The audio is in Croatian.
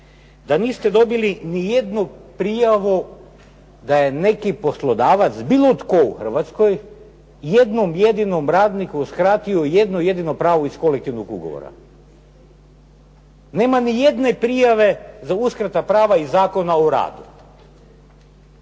da niste dobili nijednu prijavu da je neki poslodavac, bilo tko u Hrvatskoj, jednom jedinom radniku uskratio jedno jedino pravo iz kolektivnog ugovora? Nema nijedne prijave za uskratu prava iz Zakona o radu.